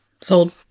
Sold